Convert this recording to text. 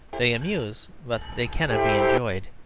they amuse, but they cannot be enjoyed,